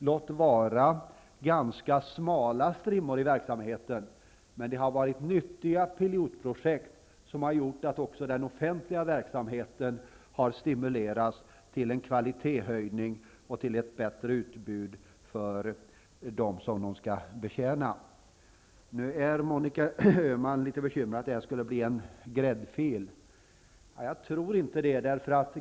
Låt vara att det har varit ganska smala strimmor i verksamheten, men det har varit nyttiga pilotprojekt som har gjort att också den offentliga verksamheten har stimulerats till en kvalitetshöjning och till ett bättre utbud för dem som den skall betjäna. Nu är Monica Öhman litet bekymrad över att detta skall bli en gräddfil, men jag tror inte det.